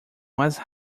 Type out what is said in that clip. mais